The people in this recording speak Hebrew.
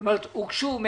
כמה הוגשו?